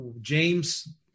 James